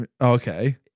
Okay